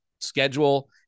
schedule